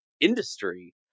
industry